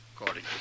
According